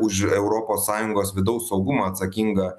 už europos sąjungos vidaus saugumą atsakinga